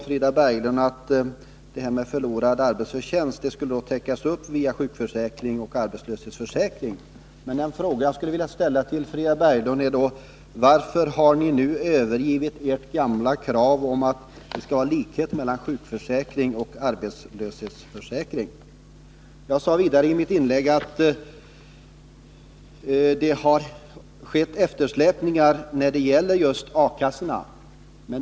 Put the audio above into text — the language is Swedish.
Frida Berglund berättade vidare att förlorad arbetsförtjänst skulle täckas via sjukförsäkring och arbetslöshetsförsäkring. Jag skulle dock vilja ställa följande fråga till Frida Berglund: Varför har ni nu övergivit ert gamla krav på att det skall vara likhet mellan sjukförsäkring och arbetslöshetsförsäkring? Jag sade vidare i mitt inlägg att det har skett eftersläpningar när det gäller A-kassorna.